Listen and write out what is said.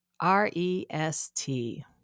R-E-S-T